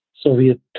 Soviet